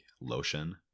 lotion